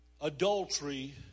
adultery